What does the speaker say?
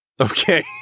Okay